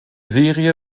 serie